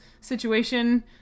situation